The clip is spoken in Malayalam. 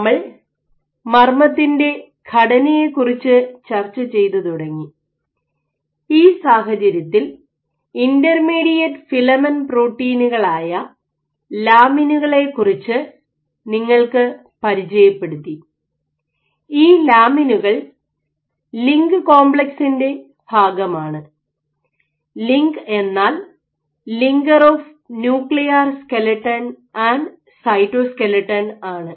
നമ്മൾ മർമ്മത്തിന്റെ ഘടനയെ കുറിച്ച് ചർച്ച ചെയ്തു തുടങ്ങി ഈ സാഹചര്യത്തിൽ ഇന്റർമീഡിയറ്റ് ഫിലമെന്റ് പ്രോട്ടീനുകളായ ലാമിനുകളെ കുറിച്ച് ഞങ്ങൾ നിങ്ങൾക്കു പരിചയപ്പെടുത്തി ഈ ലാമിനുകൾ ലിങ്ക് കോംപ്ലക്സിന്റെ ഭാഗമാണ് ലിങ്ക് എന്നാൽ linker of nuclear skeleton and cytoskeleton ആണ്